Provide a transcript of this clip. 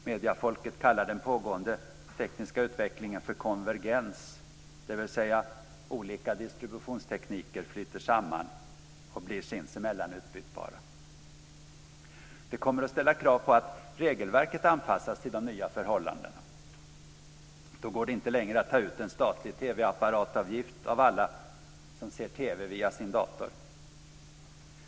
Mediefolket kallar den pågående tekniska utvecklingen för konvergens, dvs. att olika distributionstekniker flyter samman och blir sinsemellan utbytbara. Detta kommer att ställa krav på att regelverket anpassas till de nya förhållandena. Då går det inte längre att ta ut en statlig TV-apparatavgift av alla som ser på TV via sin dator.